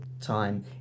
time